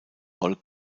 roll